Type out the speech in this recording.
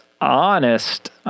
honest